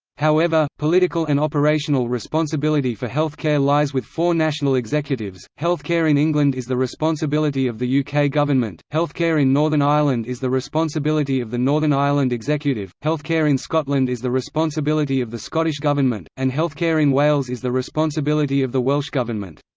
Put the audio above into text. however, political and operational responsibility for healthcare lies with four national executives healthcare in england is the responsibility of the yeah uk ah government healthcare in northern ireland is the responsibility of the northern ireland executive healthcare in scotland is the responsibility of the scottish government and healthcare in wales is the responsibility of the welsh government.